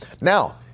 Now